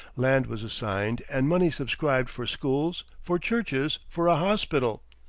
land was assigned and money subscribed for schools, for churches, for a hospital.